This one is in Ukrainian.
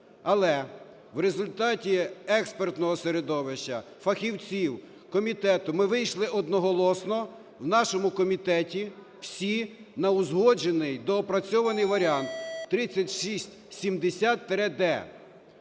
Але в результаті експертного середовища, фахівців, комітету ми вийшли одноголосно в нашому комітеті всі на узгоджений, доопрацьований варіант – 3670-д.